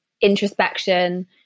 introspection